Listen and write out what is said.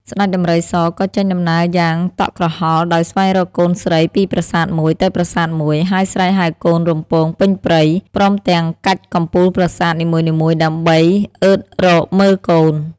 ស្តេចដំរីសក៏ចេញដំណើរយ៉ាងតក់ក្រហល់ដោយស្វែងរកកូនស្រីពីប្រាសាទមួយ ទៅប្រាសាទមួយ ហើយស្រែកហៅកូនរំពងពេញព្រៃ ព្រមទាំងកាច់កំពូលប្រាសាទ នីមួយៗដើម្បីអើតរកមើលកូន ។